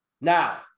now